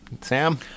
Sam